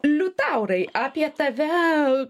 liutaurai apie tave